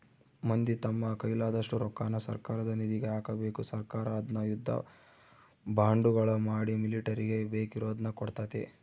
ಮಂದಿ ತಮ್ಮ ಕೈಲಾದಷ್ಟು ರೊಕ್ಕನ ಸರ್ಕಾರದ ನಿಧಿಗೆ ಹಾಕಬೇಕು ಸರ್ಕಾರ ಅದ್ನ ಯುದ್ಧ ಬಾಂಡುಗಳ ಮಾಡಿ ಮಿಲಿಟರಿಗೆ ಬೇಕಿರುದ್ನ ಕೊಡ್ತತೆ